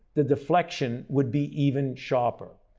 the deflection would be even sharper.